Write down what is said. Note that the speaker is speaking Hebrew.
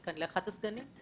כנראה לאחד הסגנים.